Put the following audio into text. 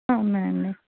ఉన్నాయండి